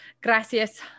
Gracias